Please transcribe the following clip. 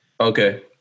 Okay